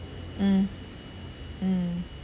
mm mm